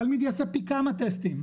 תלמיד יעשה פי כמה טסטים,